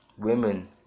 Women